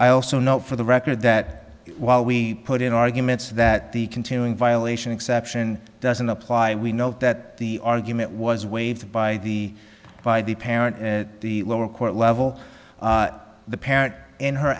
i also note for the record that while we put in arguments that the continuing violation exception doesn't apply we note that the argument was waived by the by the parent in the lower court level the parent and her